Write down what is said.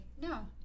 no